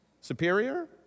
Superior